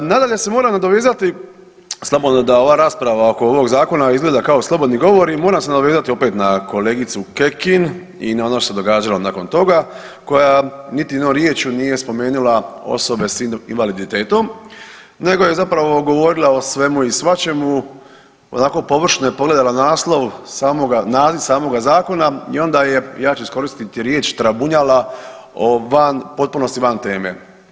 Nadalje se moram nadovezati, slobodno da ova rasprava oko ovog zakona izgleda kao slobodni govori i moram se nadovezati opet na kolegicu Kekin i na ono što se događalo nakon toga koja niti jednom riječju nije spomenula osobe s invaliditetom nego je zapravo govorila o svemu i svačemu, onako površno je pogledala naslov samoga zakona i onda je ja ću iskoristiti riječ „trabunjala“ o van, potpunosti van teme.